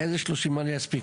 איזה 30 מה אני אספיק,